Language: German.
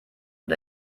und